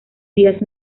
días